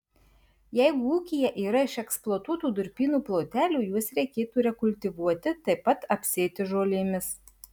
jeigu ūkyje yra išeksploatuotų durpynų plotelių juos reikėtų rekultivuoti taip pat apsėti žolėmis